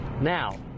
Now